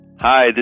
Hi